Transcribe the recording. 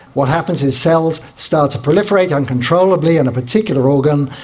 what happens is cells start to proliferate uncontrollably in a particular organ,